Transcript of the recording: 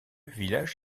village